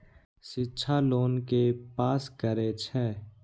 शिक्षा लोन के पास करें छै?